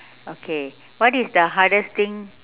okay what is the hardest thing